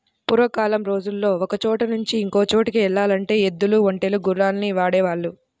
పూర్వకాలం రోజుల్లో ఒకచోట నుంచి ఇంకో చోటుకి యెల్లాలంటే ఎద్దులు, ఒంటెలు, గుర్రాల్ని వాడేవాళ్ళు